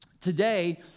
today